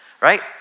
right